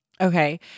Okay